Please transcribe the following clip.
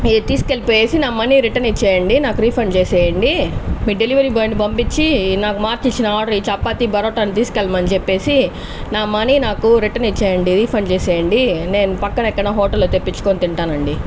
ఈ తీసుకెళ్లి పోయేసి నా మనీ రిటర్న్ ఇచ్చేయండి నాకు రిఫండ్ చేసేయండి మీ డెలివరీ బాయ్ ని పంపించి నాకు మార్చి ఇచ్చిన ఆర్డర్ ఈ చపాతి పరోటాని తీసుకు వెళ్ళమని చెప్పేసి నా మనీ నాకు రిటర్న్ ఇచ్చేయండి రిఫండ్ చేసేయండి నేను పక్కన ఎక్కడైనా హోటల్ లో తెప్పించుకొని ఉంటానండి